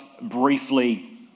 briefly